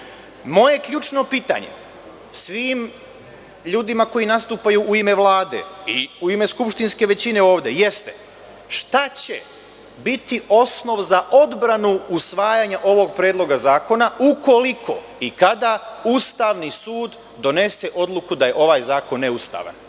ključno pitanje svim ljudima koji nastupaju u ime Vlade i u ime skupštinske većine jeste – šta će biti osnov za odbranu usvajanja ovog predloga zakona ukoliko i kada Ustavni sud donese odluku da je ovaj zakon neustavan?